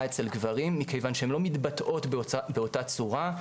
אצל גברים מכיוון שהם לא מתבטאים באותה צורה,